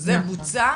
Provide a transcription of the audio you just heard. זה בוצע.